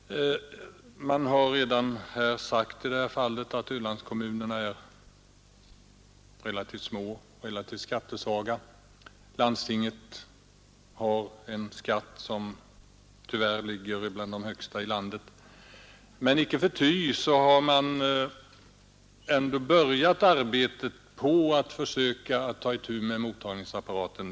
Det har redan sagts att Ölandskommunerna är relativt små och relativt skattesvaga. Landstingsskatten är bland de högsta i landet. Men icke förty har man börjat ta itu med arbetet när det gäller mottagningsapparaten.